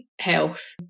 health